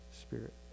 spirit